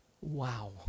Wow